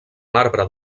marbre